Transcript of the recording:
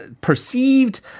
Perceived